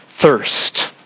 thirst